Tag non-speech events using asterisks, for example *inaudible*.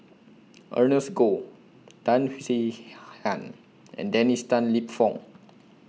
Ernest Goh Tan Swie *noise* Hian and Dennis Tan Lip Fong